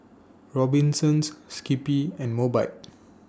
Robinsons Skippy and Mobike